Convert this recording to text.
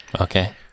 Okay